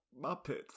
Muppets